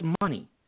money